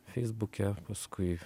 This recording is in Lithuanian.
feisbuke paskui